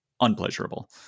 unpleasurable